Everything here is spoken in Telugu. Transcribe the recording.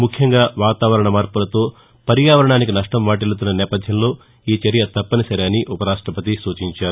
ముఖ్యంగా వాతావరణ మార్పులతో పర్యావరణానికి నష్టం వాటిల్లతున్న నేపథ్యంలో ఈ చర్య తప్పనిసరని ఉపరాష్టపతి సూచించారు